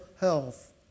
health